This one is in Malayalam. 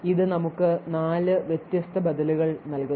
ഇത് നമുക്ക് നാല് വ്യത്യസ്ത ബദലുകൾ നൽകുന്നു